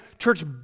Church